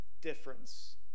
difference